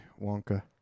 Wonka